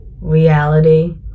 reality